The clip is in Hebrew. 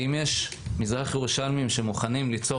אם יש תושבי מזרח ירושלים שמוכנים ליצור